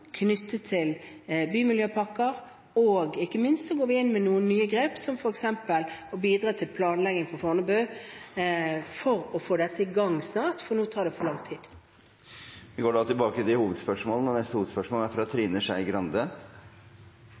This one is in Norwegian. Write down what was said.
knyttet til bymiljøpakker, og ikke minst går vi inn med noen nye grep som f.eks. å bidra til planlegging på Fornebu for å få det i gang snart, for nå tar det for lang tid. Vi går da videre til neste hovedspørsmål.